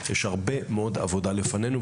יש הרבה מאוד עבודה לפנינו,